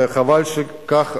וחבל שכך.